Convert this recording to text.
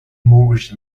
moorish